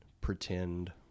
pretend